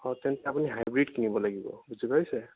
হয় তেনে আপুনি হাইব্ৰীড কিনিব লাগিব বুজি পাইছে